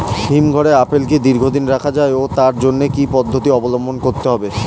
হিমঘরে আপেল কি দীর্ঘদিন রাখা যায় ও তার জন্য কি কি পদ্ধতি অবলম্বন করতে হবে?